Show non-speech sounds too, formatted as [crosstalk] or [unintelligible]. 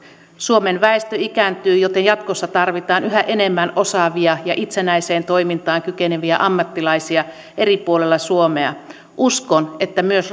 suomen väestö ikääntyy joten jatkossa tarvitaan yhä enemmän osaavia ja itsenäiseen toimintaan kykeneviä ammattilaisia eri puolilla suomea uskon että myös [unintelligible]